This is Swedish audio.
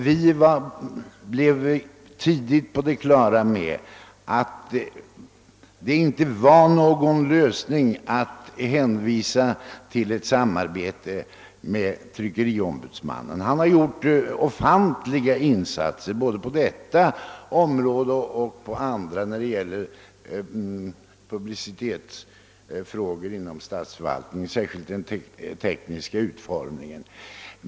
Vi blev tidigt på det klara med att det inte var någon lösning att hänvisa till samarbete med tryckerikonsulenten, ombudsmannen. Han har gjort utmärkta insatser både på detta och andra områden när det gäller publikationsfrågorna inom = statsförvaltningen, speciellt då den tekniska utformningen.